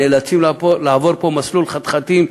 נאלצים לעבור פה מסלול חתחתים,